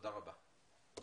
תודה רבה,